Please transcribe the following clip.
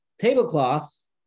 Tablecloths